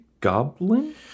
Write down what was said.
goblin